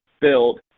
build